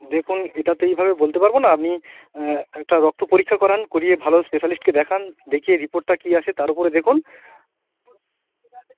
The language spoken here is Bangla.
দেখুন এটা তো এইভাবে বলতে পারবো না আপনি একটা রক্ত পরীক্ষা করান করিয়ে ভালো স্পেশালিস্টকে দেখান দেখিয়ে রিপোর্টটা কী আসে তার উপরে দেখুন